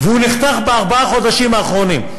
הוא נחתך בארבעת החודשים האחרונים.